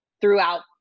throughout